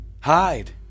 Hide